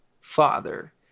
father